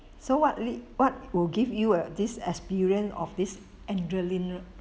so what lead~ what will give you err this experience of this adrenaline